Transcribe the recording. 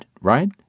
right